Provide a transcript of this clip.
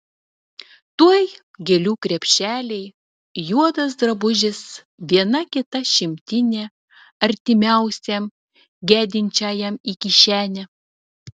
tuoj gėlių krepšeliai juodas drabužis viena kita šimtinė artimiausiam gedinčiajam į kišenę